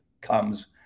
comes